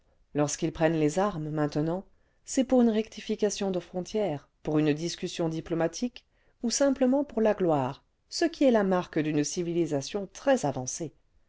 lorsqu'ils prennent les armes maintenant c'est pour une rectification de frontières pour une discussion diplomatique ou simplement pour la gloire ce qui est la marque d'une civilisation très avancée